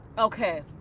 okay,